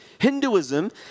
Hinduism